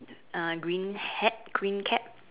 uh green hat green cap